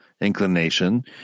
inclination